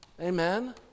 amen